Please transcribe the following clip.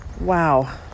Wow